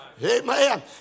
Amen